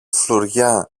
φλουριά